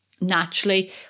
Naturally